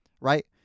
right